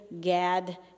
Gad